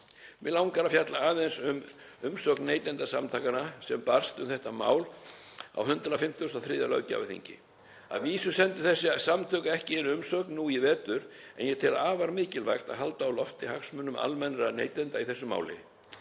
Mig langar að fjalla aðeins um umsögn Neytendasamtakanna sem barst um þetta mál á 153. löggjafarþingi. Að vísu sendu þessi samtök ekki inn umsögn nú í vetur en ég tel afar mikilvægt að halda á lofti hagsmunum almennra neytenda í þessu máli.